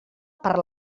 per